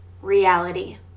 reality